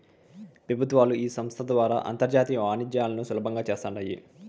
పెబుత్వాలు ఈ సంస్త ద్వారా అంతర్జాతీయ వాణిజ్యాలను సులబంగా చేస్తాండాయి